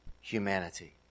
humanity